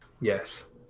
Yes